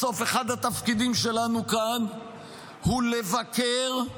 בסוף, אחד התפקידים שלנו כאן הוא לבקר,